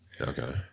Okay